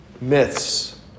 Myths